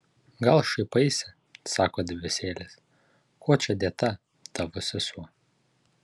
gal šaipaisi sako debesėlis kuo čia dėta tavo sesuo